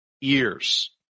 years